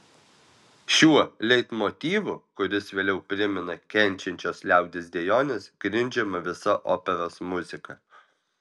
šiuo leitmotyvu kuris vėliau primena kenčiančios liaudies dejones grindžiama visa operos muzika